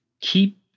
keep